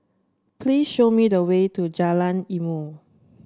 please show me the way to Jalan Ilmu